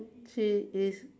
she is